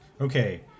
Okay